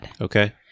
okay